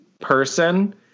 person